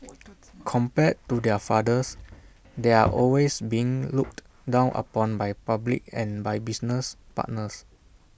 compared to their fathers they're always being looked down upon by public and by business partners